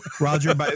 Roger